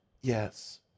Yes